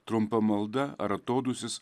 trumpa malda ar atodūsis